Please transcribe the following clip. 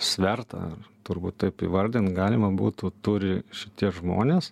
svertą ar turbūt taip įvardint galima būtų turi šitie žmonės